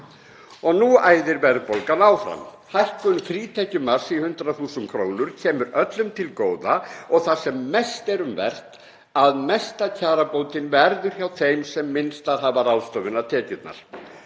og nú æðir verðbólgan áfram. Hækkun frítekjumarks í 100.000 kr. kemur öllum til góða og það sem mest er um vert er að mesta kjarabótin verður hjá þeim sem minnstar hafa ráðstöfunartekjurnar.